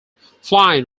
flynn